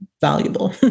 valuable